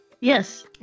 Yes